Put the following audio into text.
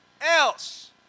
else